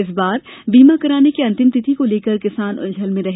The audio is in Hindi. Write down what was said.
इस बार बीमा कराने की अंतिम तिथि को लेकर किसान उलझन में रहे